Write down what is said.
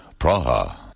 Praha